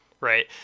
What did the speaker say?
right